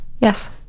Yes